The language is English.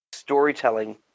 storytelling